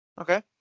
Okay